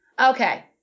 okay